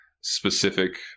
specific